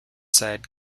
said